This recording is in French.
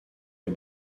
est